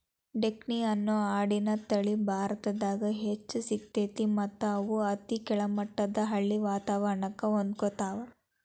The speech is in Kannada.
ಡೆಕ್ಕನಿ ಅನ್ನೋ ಆಡಿನ ತಳಿ ಭಾರತದಾಗ್ ಹೆಚ್ಚ್ ಸಿಗ್ತೇತಿ ಮತ್ತ್ ಇವು ಅತಿ ಕೆಳಮಟ್ಟದ ಹಳ್ಳಿ ವಾತವರಣಕ್ಕ ಹೊಂದ್ಕೊತಾವ